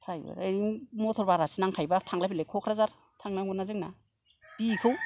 फ्राय यै मथर बारहासो नांखायोबा थांलाय फैलाय क'क्राझार थांनांगौना जोंना बि ए खौ